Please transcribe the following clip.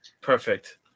Perfect